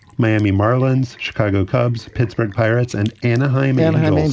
miami marlins, chicago cubs, pittsburgh pirates and anaheim, anaheim